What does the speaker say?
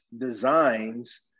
designs